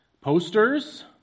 posters